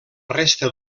resta